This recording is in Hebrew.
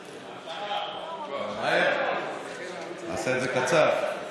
דודי, נעשה את זה קצר.